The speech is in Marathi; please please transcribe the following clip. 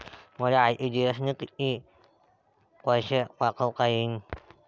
मले आर.टी.जी.एस न कितीक पैसे पाठवता येईन?